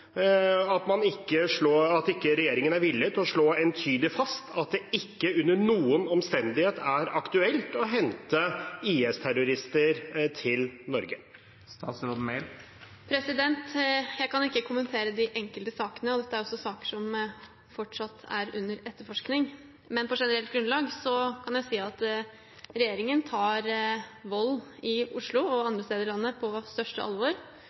at ikke regjeringen er villig til å slå entydig fast at det ikke under noen omstendighet er aktuelt å hente IS-terrorister til Norge? Jeg kan ikke kommentere de enkelte sakene, og dette er jo også saker som fortsatt er under etterforskning. Men på generelt grunnlag kan jeg si at regjeringen tar vold i Oslo og andre steder i landet på største alvor.